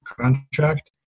contract